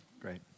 Great